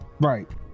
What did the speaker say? right